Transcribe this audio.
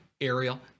Ariel